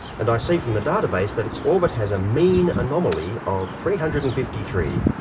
and i see from the database that its orbit has a mean anomaly of three hundred and fifty three.